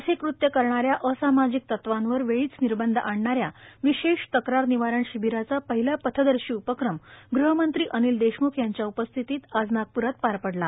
असे कृत्य करणाऱ्या असामाजिक तत्वांवर वेळीच निर्बंध आणणाऱ्या विशेष तक्रार निवारण शिबिराचा पहिला पथदर्शी उपक्रम गृह मंत्री अनिल देशम्ख यांच्या उपस्थितीत आज नागप्रात पार पडला